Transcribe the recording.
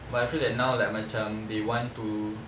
but I feel that now like macam they want to